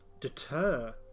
deter